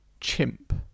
chimp